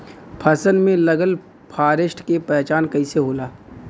फसल में लगल फारेस्ट के पहचान कइसे होला?